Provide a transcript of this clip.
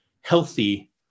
healthy